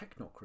technocracy